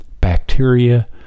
bacteria